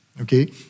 okay